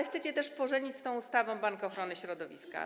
Chcecie też pożenić z tą ustawą Bank Ochrony Środowiska.